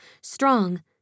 strong